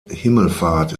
himmelfahrt